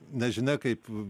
nežinia kaip